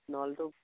নহ'লেটো